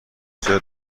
چرا